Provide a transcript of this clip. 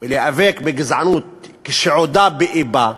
ולהיאבק בגזענות כשעודה באִבה,